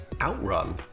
OutRun